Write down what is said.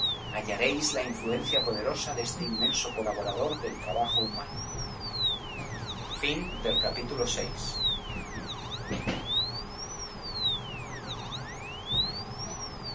hallaréis la influencia poderosa de este inmenso colaborador del trabajo humano vii